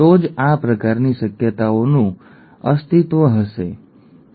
તો જ આ પ્રકારની શક્યતાઓનું અસ્તિત્વ હશે ખરું ને